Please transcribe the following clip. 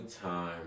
time